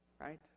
right